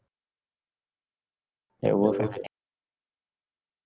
that worth ah